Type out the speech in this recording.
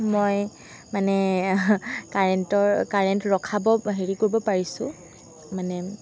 মই মানে কাৰেন্টৰ কাৰেণ্ট ৰখাব হেৰি কৰিব পাৰিছোঁ মানে